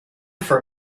for